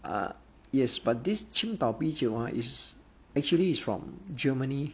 uh yes but this 青岛啤酒 uh is actually is from germany